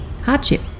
hardship